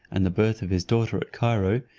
and the birth of his daughter at cairo,